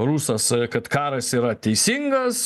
rusas kad karas yra teisingas